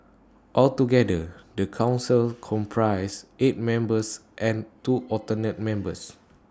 altogether the Council comprises eight members and two alternate members